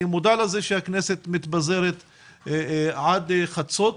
אני מודע לזה שהכנסת מתפזרת עד חצות,